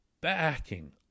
backing